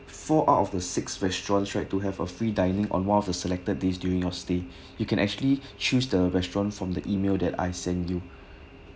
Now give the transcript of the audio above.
four out of the six restaurants right to have a free dining on one of the selected days during your stay you can actually choose the restaurant from the email that I sent you